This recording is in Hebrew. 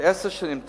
עשר שנים תקוע.